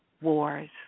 wars